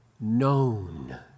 known